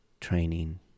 training